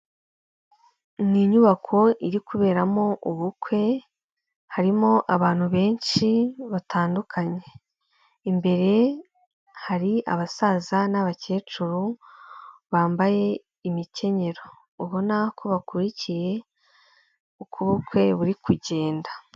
Ni nyubako iri kuberamo ubukwe, harimo abantu benshi batandukanye, imbere hari abasaza n'abakecuru, bambaye imikenyero, ubona ko bakurikiye uko ubukwe buri kugenda.